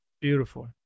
Beautiful